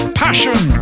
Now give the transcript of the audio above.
passion